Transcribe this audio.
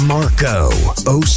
Marco